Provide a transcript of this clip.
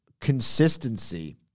consistency